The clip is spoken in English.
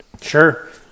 Sure